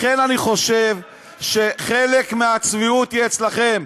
לכן אני חושב שחלק מהצביעות היא אצלכם.